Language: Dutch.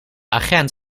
agent